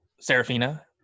Serafina